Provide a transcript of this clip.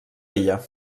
ella